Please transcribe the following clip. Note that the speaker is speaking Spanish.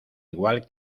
igual